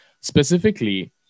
specifically